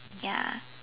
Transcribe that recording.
ya